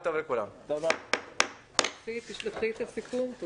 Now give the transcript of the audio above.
הישיבה ננעלה בשעה 12:30.